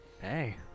Hey